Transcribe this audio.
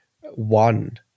one